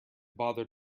bother